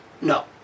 no